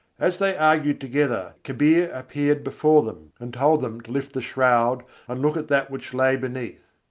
as they argued together, kabir appeared before them, and told them to lift the shroud and look at that which lay beneath.